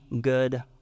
good